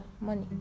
money